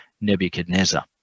Nebuchadnezzar